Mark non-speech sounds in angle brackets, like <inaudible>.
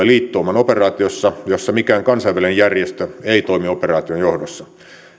<unintelligible> liittouman operaatiossa jossa mikään kansainvälinen järjestö ei toimi operaation johdossa